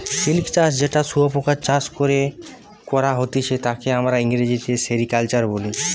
silk চাষ যেটা শুয়োপোকা চাষ করে করা হতিছে তাকে আমরা ইংরেজিতে সেরিকালচার বলি